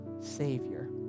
savior